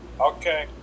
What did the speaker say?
okay